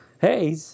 hey